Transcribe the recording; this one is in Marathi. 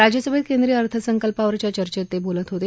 राज्यसभेत केंद्रीय अर्थसंकल्पावरच्या चर्चेत ते बोलत होते